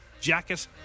Jacket